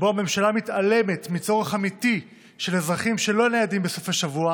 שבו הממשלה מתעלמת מצורך אמיתי של אזרחים שלא ניידים בסופי שבוע,